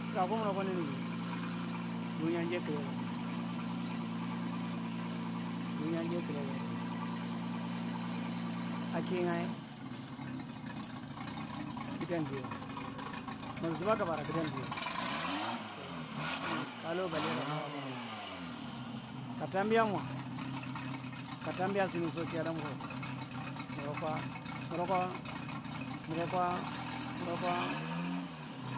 Suraa kumurakwa ninigi dunya njay kilba adawae dunya njay kuleba aduwae aki’ngae gudan ithiwae mug zuba kabura gudan ithiwae ju ninigi kalu balera kumorokwa kataambia mwa kataambia sini sokialamur wokwa murokwo murakwa murokwa mura’kwo murakwo murokwo